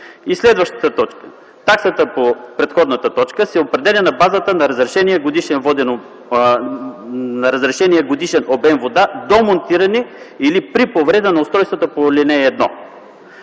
Следващата точка: „Таксата по предходната точка се определя на базата на разрешения годишен обем вода до монтиране или при повреда на устройствата по ал. 1”.